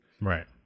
Right